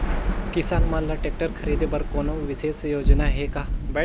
किसान मन ल ट्रैक्टर खरीदे बर कोनो विशेष योजना हे का?